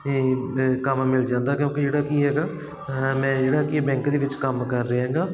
ਕੰਮ ਮਿਲ ਜਾਂਦਾ ਕਿਉਂਕਿ ਜਿਹੜਾ ਕੀ ਹੈਗਾ ਮੈਂ ਜਿਹੜਾ ਕੀ ਆ ਬੈਂਕ ਦੇ ਵਿੱਚ ਕੰਮ ਕਰ ਰਿਹਾ ਹੈਗਾ